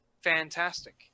Fantastic